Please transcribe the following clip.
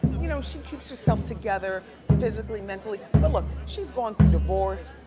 you know she keeps herself together physically, mentally, but look, she's going through divorce.